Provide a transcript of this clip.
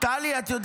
אני מקשיבה לך.